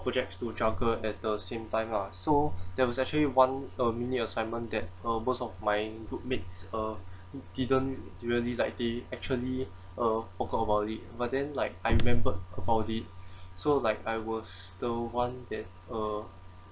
projects to juggle at the same time ah so there was actually one uh mini assignment that most of my groupmates uh didn't really like they actually uh forgot about it but then like I remembered about it so like I was the one that uh